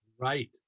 Right